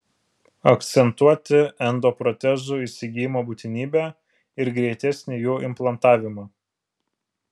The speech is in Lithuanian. akcentuoti endoprotezų įsigijimo būtinybę ir greitesnį jų implantavimą